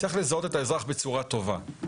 צריך לזהות את האזרח בצורה טובה,